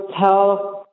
tell